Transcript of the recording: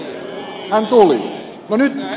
hän tuli